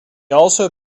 also